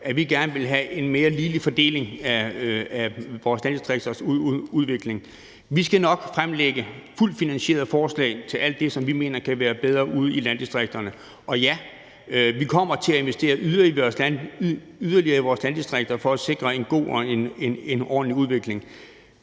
at vi gerne vil have en mere ligelig fordeling, når det gælder vores landdistrikters udvikling. Vi skal nok fremlægge fuldt finansierede forslag til alt det, som vi mener kan være bedre ude i landdistrikterne. Og ja, vi kommer til at investere yderligere i vores landdistrikter for at sikre en god og ordentlig udvikling.